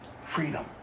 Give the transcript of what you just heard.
Freedom